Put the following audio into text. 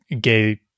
gay